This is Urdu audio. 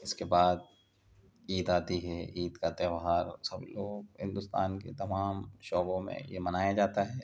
اس کے بعد عید آتی ہے عید کا تیوہار سب لوگ ہندوستان کے تمام صوبوں میں یہ منایا جاتا ہے